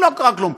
לא קרה כלום,